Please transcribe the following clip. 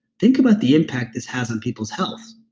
think about the impact this has on people's health